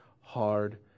hard